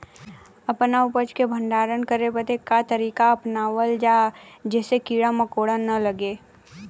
अपना उपज क भंडारन करे बदे का तरीका अपनावल जा जेसे कीड़ा मकोड़ा न लगें?